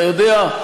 אתה יודע,